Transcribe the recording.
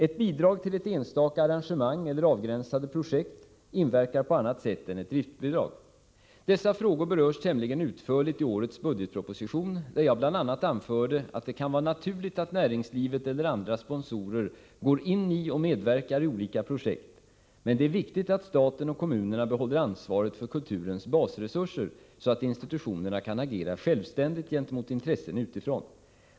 Ett bidrag till ett enstaka arrangemang eller avgränsade projekt inverkar på annat sätt än ett driftbidrag. Dessa frågor berörs tämligen utförligt i årets budgetproposition, där jag bl.a. anförde att det kan vara naturligt att näringslivet eller andra sponsorer går in i och medverkar i olika projekt, men det är viktigt att staten och kommunerna behåller ansvaret för kulturens ”basresurser” så att institutionerna kan agera självständigt gentemot intressen utifrån .